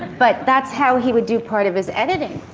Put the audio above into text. but that's how he would do part of his editing.